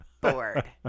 bored